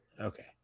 Okay